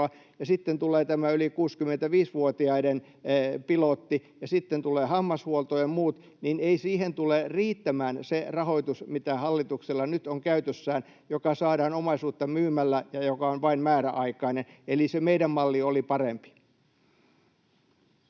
Ja sitten tulee tämä yli 65-vuotiaiden pilotti, ja sitten tulevat hammashuolto ja muut. Niin että ei siihen tule riittämään se rahoitus, mitä hallituksella nyt on käytössään, joka saadaan omaisuutta myymällä ja joka on vain määräaikainen. Eli se meidän malli oli parempi.